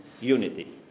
unity